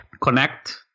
connect